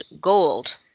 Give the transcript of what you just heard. gold